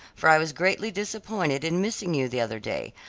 for i was greatly disappointed in missing you the other day.